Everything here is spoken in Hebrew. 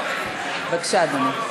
בבקשה, אדוני.